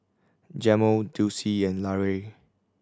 Jamel Dulce and Larae